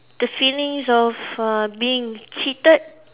the feelings of uh being cheated